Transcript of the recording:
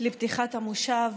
בפתיחת המושב,